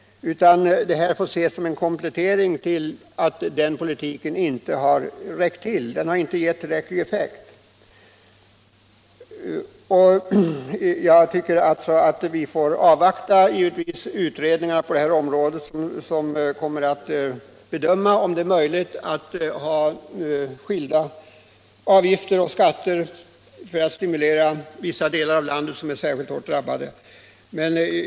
Men denna politik har inte räckt till, och därför får den sänkta arbetsgivaravgiften ses som en kompletterande åtgärd. Vi skall givetvis avvakta resultatet av de utredningar på detta område som kommer att bedöma om det är möjligt att ha skilda skatter och avgifter för att stimulera näringslivet i vissa delar av landet som är särskilt hårt drabbade.